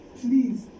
Please